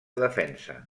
defensa